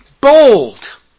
bold